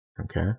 Okay